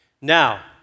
Now